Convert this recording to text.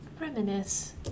Reminisce